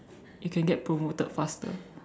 you can get promoted faster